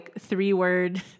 three-word